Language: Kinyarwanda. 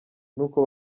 n’uko